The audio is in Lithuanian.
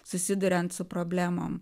susiduriant su problemom